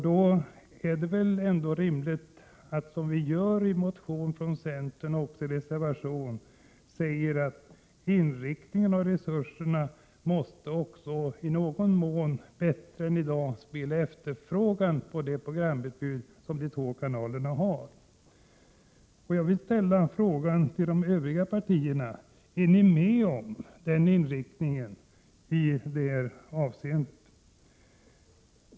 Då är det ändå rimligt att säga, som vi gör i motion och reservation från centern, att inriktningen av resurserna också i någon mån bättre än i dag skall återspegla efterfrågan på det utbud som de två kanalerna har. Jag ställer därför frågan till de övriga partierna: Kan ni ställa er bakom en sådan inriktning?